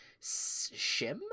Shim